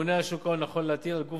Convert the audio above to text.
הממונה על שוק ההון יכול להטיל על גוף